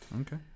Okay